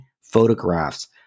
photographs